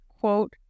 quote